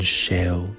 shell